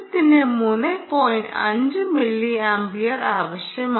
5 milliampere ആവശ്യമാണ്